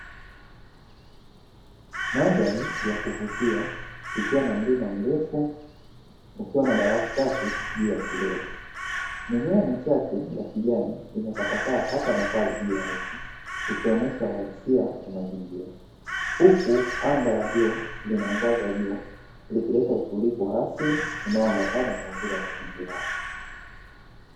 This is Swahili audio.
Mandhari ya kuvutia ikiwa na mlima mrefu, ikiwa na barafu chache juu ya kilele. Mimea michache ya kijani imetapakaa hapa na pale juu ya ardhi, ikionyesha uhalisia wa mazingira. Huku anga la bluu linaangaza juu, likileta utulivu wa asili, unaoambatana na uzuri wa mazingira.